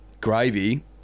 gravy